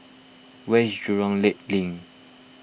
where is Jurong Lake Link